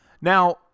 Now